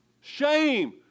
Shame